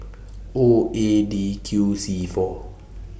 O A D Q C four